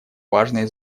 важное